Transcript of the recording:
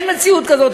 אין מציאות כזאת.